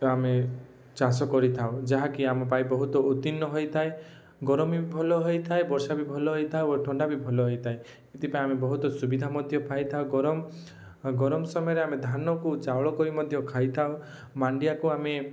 ଆମେ ଚାଷ କରିଥାଉ ଯାହା କି ଆମ ପାଇଁ ବହୁତ ଉତ୍ତୀର୍ଣ୍ଣ ହୋଇଥାଏ ଗରମ ବି ଭଲ ହୋଇଥାଏ ବର୍ଷା ବି ଭଲ ହୋଇଥାଏ ଓ ଥଣ୍ଡା ବି ଭଲ ହୋଇଥାଏ ସେଥିପାଇଁ ଆମେ ବହୁତ ସୁବିଧା ମଧ୍ୟ ପାଇଥାଉ ଗରମ ଗରମ ସମୟରେ ଆମେ ଧାନକୁ ଚାଉଳ କରି ମଧ୍ୟ ଖାଇଥାଉ ମାଣ୍ଡିଆକୁ ଆମେ